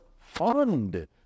fund